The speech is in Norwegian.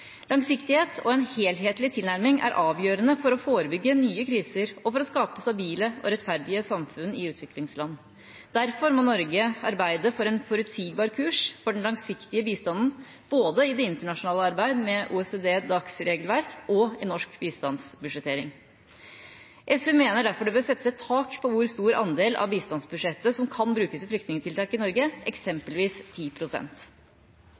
Langsiktighet og en helhetlig tilnærming er avgjørende for å forebygge nye kriser og for å skape stabile og rettferdige samfunn i utviklingsland. Derfor må Norge arbeide for en forutsigbar kurs for den langsiktige bistanden, både i det internasjonale arbeid med OECD/DACs regelverk og i norsk bistandsbudsjettering. SV mener derfor det bør settes et tak på hvor stor andel av bistandsbudsjettet som kan brukes i flyktningtiltak i Norge, eksempelvis